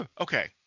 Okay